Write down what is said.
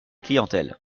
clientèle